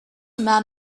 man